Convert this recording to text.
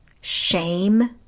shame